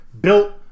built